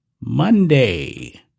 Monday